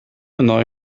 annoy